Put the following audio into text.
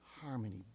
harmony